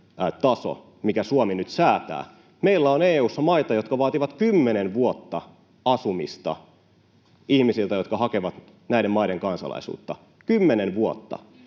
asumisajan taso. Meillä on EU:ssa maita, jotka vaativat kymmenen vuotta asumista ihmisiltä, jotka hakevat näiden maiden kansalaisuutta — kymmenen vuotta,